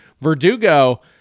Verdugo